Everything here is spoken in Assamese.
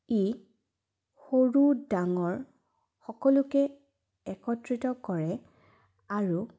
ই সৰু ডাঙৰ সকলোকে একত্ৰিত কৰে আৰু